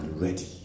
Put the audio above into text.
ready